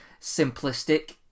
simplistic